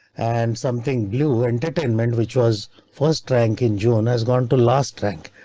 and something blue entertainment, which was first rank in june, has gone to lost rank.